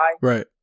Right